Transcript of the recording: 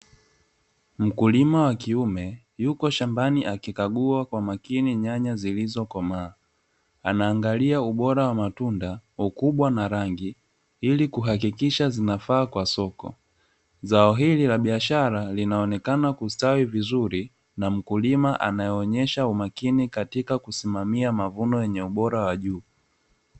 Mkulima wa kiume yupo shambani akikagua kwa makini nyanya zilizokomaa, anaangalia ubora wa matunda, ukubwa na rangi ili kuhakikisha zinafaa kwa soko. Zao hili la biashara linaonekana kustawi vizuri na mkulima anayeonyesha umakini katika kusimamia mavuno yenye ubora wa juu.